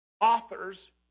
authors